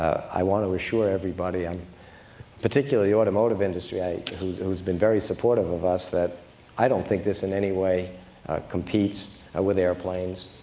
i want to assure everybody, and particularly the automotive industry who's who's been very supportive of us that i don't think this in any way competes ah with airplanes,